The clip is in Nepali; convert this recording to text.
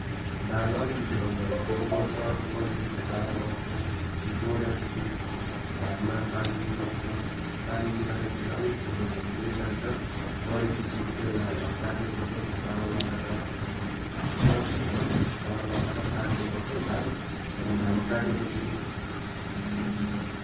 धान अलिक ठुलो भएपछि गोड्छ गोड्ने खेताला लगाउँछौँ गोडेपछि धानमा पानी मिलाउँछौँ पानी मिलाएपछि अलिक ठुलो हुँदैजान्छ बढेपछि त्यसलाई हामी काट्ने गर्छौँ खेताला लगाएर हामी पुरा खेताला लगाएर काट्ने गर्छौँ धान अनि धान काटेपछि